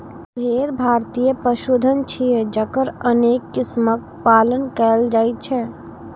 भेड़ भारतीय पशुधन छियै, जकर अनेक किस्मक पालन कैल जाइ छै